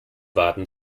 waten